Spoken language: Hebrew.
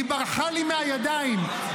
היא ברחה לי מהידיים,